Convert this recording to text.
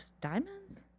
diamonds